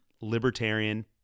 Libertarian